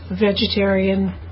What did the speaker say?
vegetarian